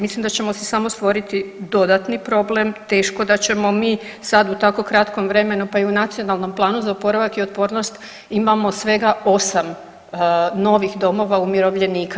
Mislim da ćemo si samo stvoriti dodatni problem, teško da ćemo mi sad u tako kratkom vremenu, pa i u Nacionalnom planu za oporavak i otpornost imamo svega 8 novih domova umirovljenika.